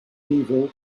evil